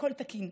הכול תקין,